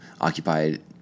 occupied